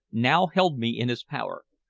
now held me in his power.